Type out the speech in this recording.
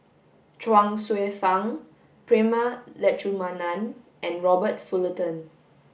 Chuang Hsueh Fang Prema Letchumanan and Robert Fullerton